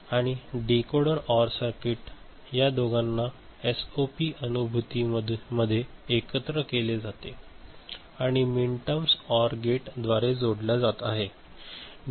आणि decoder OR मध्ये या दोघांना एसओपी अनुभूतीमध्ये एकत्र केले जाते आणि मिनटर्म्स ओर गेटद्वारे जोडल्या जात आहेत